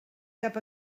cap